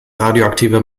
radioaktive